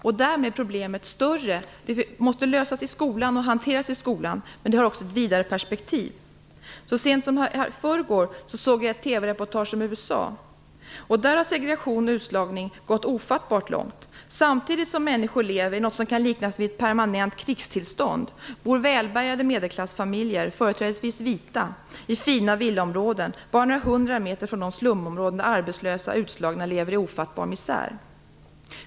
Därigenom blir problemet större. Det måste hanteras och lösas i skolan, men det har också ett vidare perspektiv. Så sent som i förrgår såg jag ett TV-reportage från USA. Där har segregation och utslagning gått ofattbart långt. Samtidigt som människor lever i något som kan liknas vid permanent krigstillstånd bor välbärgade medelklassfamiljer, företrädesvis vita, i fina villaområden, bara några hundra meter från de slumområden där arbetslösa och utslagna lever i ofattbar misär.